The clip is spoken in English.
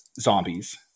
zombies